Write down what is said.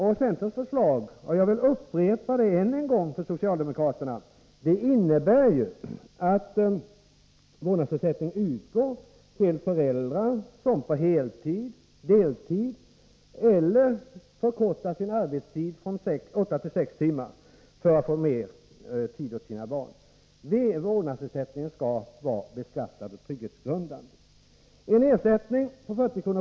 Centerns förslag — jag vill upprepa det än en gång för socialdemokraterna — innebär ju att vårdnadsersättningen utgår till föräldrar som på heltid, deltid eller genom att förkorta sin arbetstid från åtta till sex timmar vill ta hand om och få mer tid för sina barn. Den vårdnadsersättning en skall vara beskattad och trygghetsgrundande. En ersättning på 40 kr.